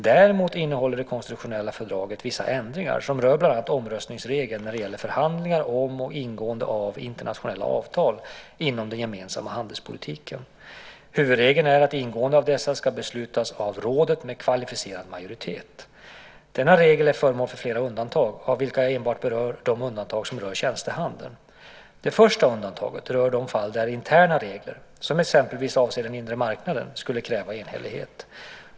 Däremot innehåller det konstitutionella fördraget vissa ändringar som rör bland annat omröstningsregeln när det gäller förhandlingar om och ingående av internationella avtal inom den gemensamma handelspolitiken. Huvudregeln är att ingåendet av dessa ska beslutas av rådet med kvalificerad majoritet. Denna regel är föremål för flera undantag av vilka jag enbart berör de undantag som rör tjänstehandeln. Det första undantaget rör de fall där interna regler, som exempelvis avser den inre marknaden, skulle kräva enhällighet.